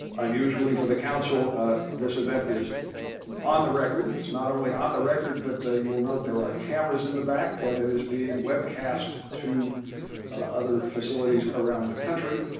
unusually for the council this event is on the record. it's not only on the record, but you will note there are cameras in the back and it is being webcast to other facilities around the country.